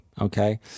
okay